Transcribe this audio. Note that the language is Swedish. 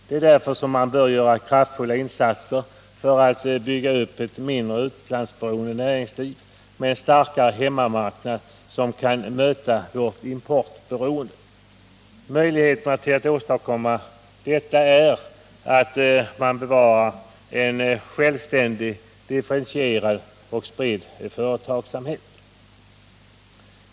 Det är därför som vi bör göra kraftfulla insatser för att bygga upp ett mindre utlandsberoende näringsliv med en starkare hemmamarknad som kan möta vårt importberoende. Förutsättningen för att åstadkomma detta är att man bevarar en självständig, differentierad och spridd mindre företagsamhet.